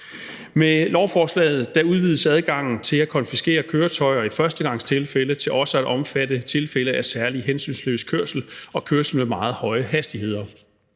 Med lovforslaget udvides adgangen til at konfiskere køretøjer i førstegangstilfælde til også at omfatte tilfælde af særlig hensynsløs kørsel og kørsel med meget høje hastigheder.